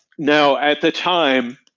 now, at the time,